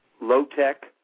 low-tech